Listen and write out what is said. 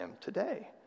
today